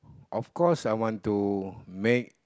of course I want to make